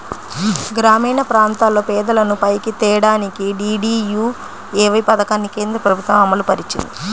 గ్రామీణప్రాంతాల్లో పేదలను పైకి తేడానికి డీడీయూఏవై పథకాన్ని కేంద్రప్రభుత్వం అమలుపరిచింది